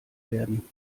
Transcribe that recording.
werden